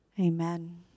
Amen